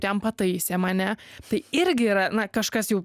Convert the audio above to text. ten pataisė mane tai irgi yra na kažkas jau